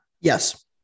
Yes